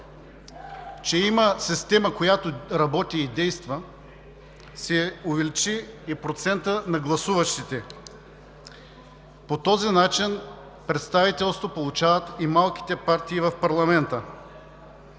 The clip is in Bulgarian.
че има система, която работи и действа, се увеличи и процентът на гласуващите. По този начин представителство получават и малките партии в парламента.